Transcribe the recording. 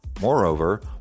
Moreover